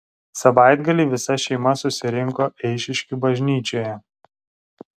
savaitgalį visa šeima susirinko eišiškių bažnyčioje